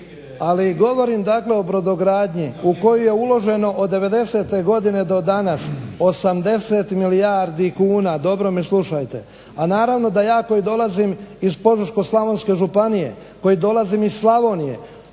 Ali govorim dakle o brodogradnji u koju je uloženo od devedesete godine do danas 80 milijardi kuna, dobro me slušajte. A naravno da ja koji dolazim iz Požeško-slavonske županije, koji dolazim iz Slavonije